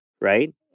Right